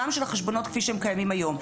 של החשבונות כפי שהם קיימים היום.